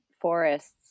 forests